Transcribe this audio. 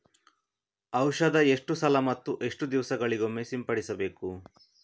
ಔಷಧ ಎಷ್ಟು ಸಲ ಮತ್ತು ಎಷ್ಟು ದಿವಸಗಳಿಗೊಮ್ಮೆ ಸಿಂಪಡಿಸಬೇಕು?